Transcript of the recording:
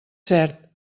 cert